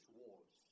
wars